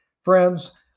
friends